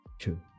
True